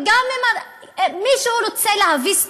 אם מישהו רוצה להביס טרור,